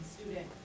student